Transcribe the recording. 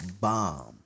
bomb